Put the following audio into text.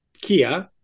Kia